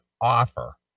offer